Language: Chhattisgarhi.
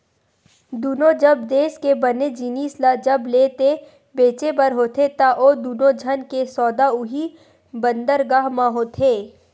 दुनों जब देस के बने जिनिस ल जब लेय ते बेचें बर होथे ता ओ दुनों झन के सौदा उहीं बंदरगाह म होथे